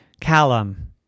Callum